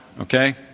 Okay